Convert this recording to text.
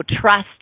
trust